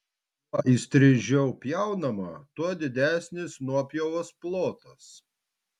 kuo įstrižiau pjaunama tuo didesnis nuopjovos plotas